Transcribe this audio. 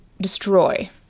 destroy